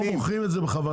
אתם לא מוכרים את זה בכוונה?